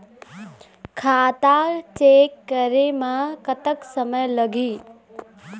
खाता चेक करे म कतक समय लगही?